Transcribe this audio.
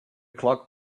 clock